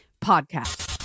Podcast